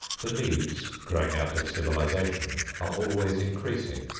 the needs growing out of civilization are always increasing.